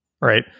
right